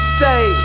say